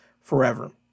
forever